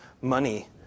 money